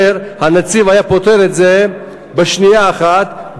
והנציב היה פותר את זה בשנייה אחת,